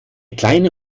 kleine